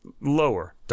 lower